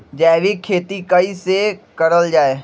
जैविक खेती कई से करल जाले?